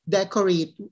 decorate